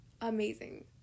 Amazing